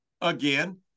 again